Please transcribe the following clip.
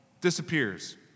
disappears